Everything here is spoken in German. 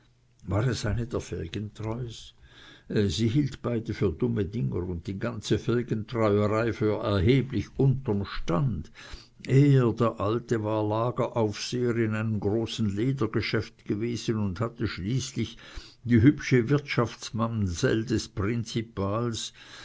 der felgentreus sie hielt beide für dumme dinger und die ganze felgentreuerei für erheblich unterm stand er der alte war lageraufseher in einem großen ledergeschäft gewesen und hatte schließlich die hübsche wirtschaftsmamsell des prinzipals